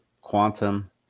Quantum